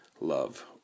love